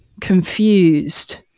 confused